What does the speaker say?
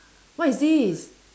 what is this